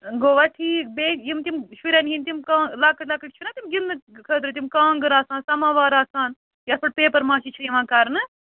گوٚوا ٹھیٖک بیٚیہِ یِم تِم شُرٮ۪ن ہٕنٛدۍ تِم کا لۅکٕٹۍ لۅکٕٹۍ چھِنا تِم گِنٛدنہٕ خٲطرٕ تِم کانٛگٕر آسان سَماوار آسان یَتھ پٮ۪ٹھ پیپَر ماشی چھِ یِوان کَرنہٕ